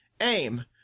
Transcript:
aim